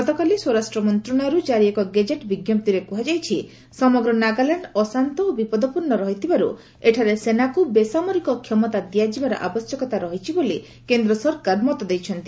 ଗତକାଲି ସ୍ୱରାଷ୍ଟ୍ର ମନ୍ତ୍ରଶାଳୟରୁ ଜାରି ଏକ ଗେଜେଟ୍ ବିଞ୍ଜପ୍ତିରେ କୁହାଯାଇଛି ଯେ ସମଗ୍ର ନାଗାଲାଣ୍ଡ ଓ ବିପଦପୂର୍ଣ୍ଣ ରହିଥିବାରୁ ଏଠାରେ ସେନାକୁ ବେସାମରିକ କ୍ଷମତା ଦିଆଯିବାର ଆବଶ୍ୟକତା ରହିଛି ବୋଲି କେନ୍ଦ୍ର ସରକାର ମତ ଦେଇଛନ୍ତି